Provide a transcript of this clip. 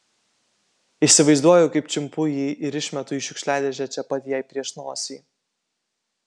įsivaizduoju kaip čiumpu jį ir išmetu į šiukšliadėžę čia pat jai prieš nosį